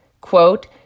quote